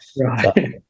right